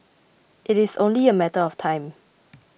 it is only a matter of time